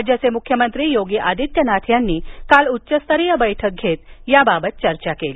राज्याचे मुख्यमंत्री योगी आदित्यनाथ यांनी कालउच्चस्तरीय बक्रि घेत याबाबत चर्चा केली